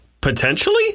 Potentially